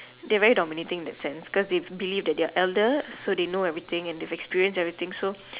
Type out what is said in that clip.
they very dominating in that sense cause they believe they are elder so they know everything and they've experience everything